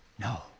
No